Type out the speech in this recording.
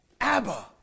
Abba